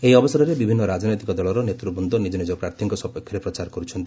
ଏହି ଅବସରରେ ବିଭିନ୍ନ ରାଜନୈତିକ ଦଳର ନେତୃବୃନ୍ଦ ନିକ ନିକ ପ୍ରାର୍ଥୀଙ୍କ ସପକ୍ଷରେ ପ୍ରଚାର କର୍ ଛନ୍ତି